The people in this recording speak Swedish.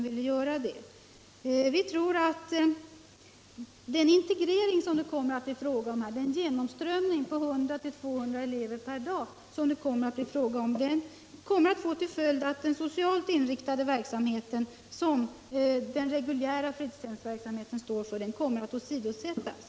Vi tror att den integrering, den genomströmning på 100-200 elever per dag som det kommer att bli fråga om, får till följd att den socialt inriktade verksamheten, som de reguljära fritidshemmen står för, kommer att åsidosättas.